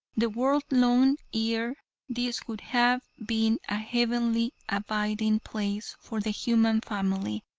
the world long ere this would have been a heavenly abiding place for the human family,